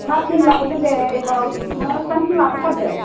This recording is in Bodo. मा फ्लिम लाबोगोन दे एबाराव मोजांखौनो लाबोथारदो